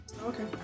Okay